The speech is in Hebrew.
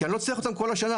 כי אני לא צריך אותם כל השנה.